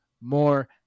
more